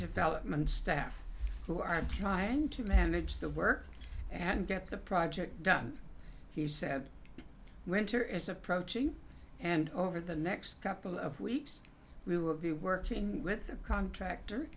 development staff who are trying to manage the work and get the project done he said winter is approaching and over the next couple of weeks we will be working with a contractor